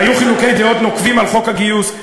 היו חילוקי דעות נוקבים על חוק הגיוס.